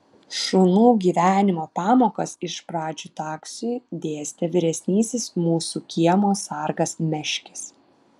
šunų gyvenimo pamokas iš pradžių taksiui dėstė vyresnysis mūsų kiemo sargas meškis